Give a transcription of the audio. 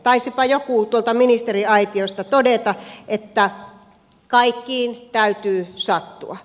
taisipa joku tuolta ministeriaitiosta todeta että kaikkiin täytyy sattua